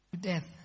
death